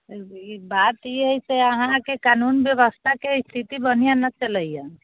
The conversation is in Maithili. बात ई हय से अहाँके कानून व्यवस्थाके स्थिति बढ़िआँ नहि चलैए